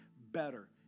better